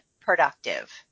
productive